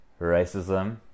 racism